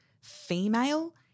female